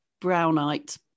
Brownite